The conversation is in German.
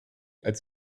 als